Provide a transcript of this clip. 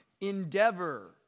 endeavor